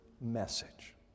message